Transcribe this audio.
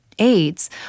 AIDS